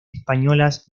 españolas